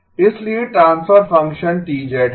इसलिए transfer function T है